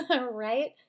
right